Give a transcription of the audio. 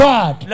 God